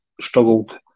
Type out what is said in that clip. struggled